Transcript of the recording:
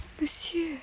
Monsieur